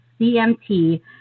CMT